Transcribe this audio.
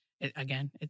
again